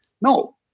no